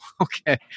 okay